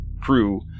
crew